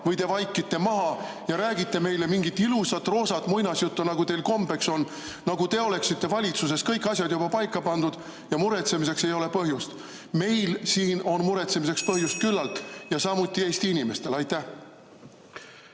või te vaikite need maha ja räägite meile mingit ilusat roosat muinasjuttu, nagu teil kombeks on. Nagu te oleksite valitsuses kõik asjad paika pannud ja muretsemiseks ei ole põhjust. Meil siin on muretsemiseks põhjust küllalt ja samuti Eesti inimestel. Kaja